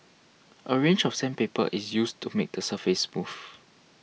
a range of sandpaper is used to make the surface smooth